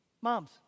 moms